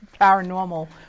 paranormal